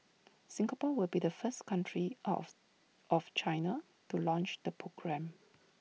Singapore will be the first country of China to launch the programme